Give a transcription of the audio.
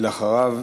ואחריו,